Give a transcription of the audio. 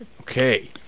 Okay